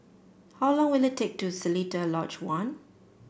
how long will it take to Seletar Lodge One